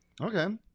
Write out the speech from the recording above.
Okay